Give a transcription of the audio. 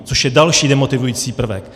Což je další demotivující prvek.